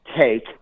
take